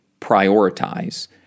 prioritize